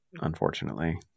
unfortunately